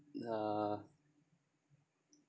uh